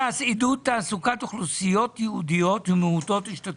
תעסוקת אוכלוסיות ייעודיות ומעוטות השתתפות"?